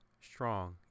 strong